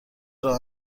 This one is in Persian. راه